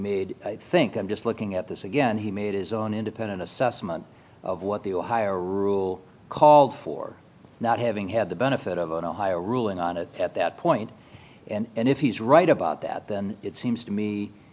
made i think i'm just looking at this again he made his own independent assessment of what the ohio rule called for not having had the benefit of an ohio ruling on it at that point and if he's right about that then it seems to me